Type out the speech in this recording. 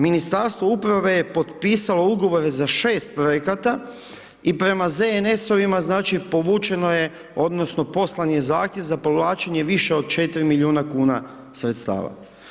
Ministarstvo uprave je potpisalo ugovore za 6 projekata i prema ZNS-ovima znači povućeno je, odnosno poslan je zahtjev za povlačenje više od 4 milijuna kuna sredstava.